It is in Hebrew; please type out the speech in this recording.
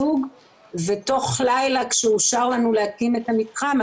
ותוך לילה כשאושר לנו להקים את המתחם,